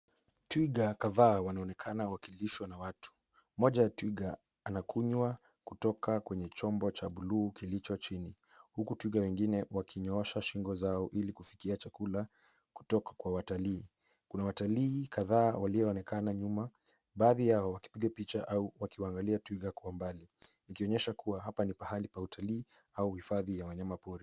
Twiga kadhaa wanaonekana wakilishwa na watu. Mmoja wa Twiga anakunywa kutoka kwenye chombo cha buluu kilicho chini, huku twiga wengine wakinyosha shingo zao ili kufikia chakula kutoka kwa watalii. Kuna watalii kadhaa walioonekana nyuma, baadhi yao wakipiga picha au wakiangalia twiga kwa mbali. Ikionyesha kuwa hapa ni mahali pa utalii au hifadhi ya wanyama pori.